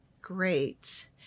great